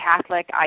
Catholic